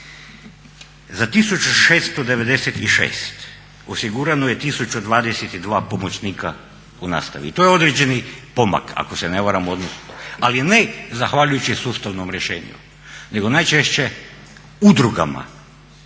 Za 1696 osigurano je 1022 pomoćnika u nastavi i to je određeni pomak ako se ne varam u odnosu, ali ne zahvaljujući sustavnom rješenju, nego najčešće udrugama